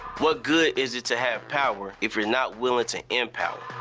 what good is it to have power if we're not willing to empower.